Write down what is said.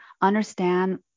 understand